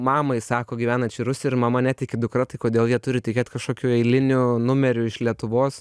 mamai sako gyvenančiai rusijoj ir mama netiki dukra tai kodėl jie turi tikėt kažkokiu eiliniu numeriu iš lietuvos